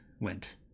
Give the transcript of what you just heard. went